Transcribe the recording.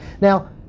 Now